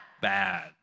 bad